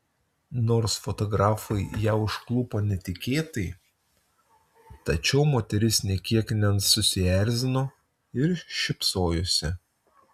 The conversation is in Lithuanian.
nors fotografai ją užklupo netikėtai tačiau moteris nė kiek nesusierzino ir šypsojosi